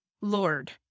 Lord